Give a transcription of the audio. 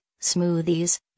smoothies